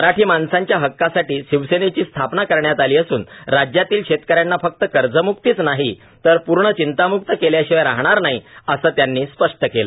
मराठी माणसांच्या हक्कासाठी शिवसेनेची स्थापना करण्यात आली असून राज्यातील शेतक यांना फक्त कर्जम्क्तीच नाही तर पुर्ण चिंतामुक्त केल्याशिवाय राहणार नाही असं त्यांनी स्पष्ट केलं